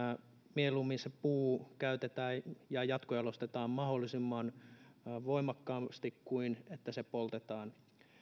mieluummin se puu käytetään ja jatkojalostetaan mahdollisimman voimakkaasti kuin että se poltetaan